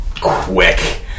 quick